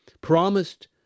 promised